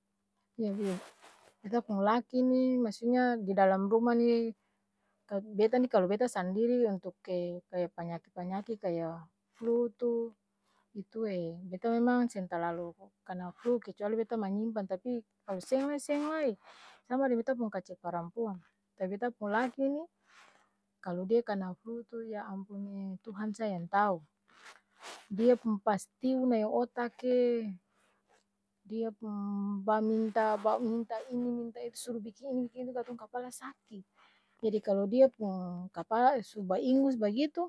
jadi beta pung laki ni, maksudnya di dalam ruma ni, kal beta ni kalo beta sandiri yang tuk'e kaya panyaki-panyaki kaya flu, itu ee beta memang seng talalu kana flu, kecuali beta manyimpan, tapi, kalo seng lai seng-lai, sama kaya beta pung kacil parampuang, tapi beta pung laki ni, kalo dia kana flu tu ya ampun'eee tuhan sa yang tau dia pung pastiu nae otak ee dia pung baminta-baminta ini minta itu suru biking ini biking itu katong kapala saki! Jadi kalo dia pung kapala su baingos bagitu,